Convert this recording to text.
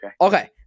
Okay